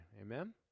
Amen